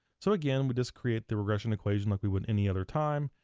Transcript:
so again, we just create the regression equation like we would any other time,